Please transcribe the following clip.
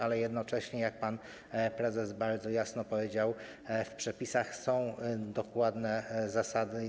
Ale jednocześnie, jak pan prezes bardzo jasno powiedział, w przepisach są ujęte dokładne zasady.